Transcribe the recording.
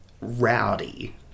rowdy